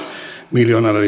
miljoonalla